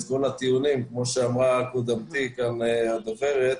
כל הטיעונים כמו שאמרה קודמתי הדוברת,